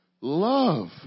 love